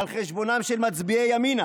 על חשבונם של מצביעי ימינה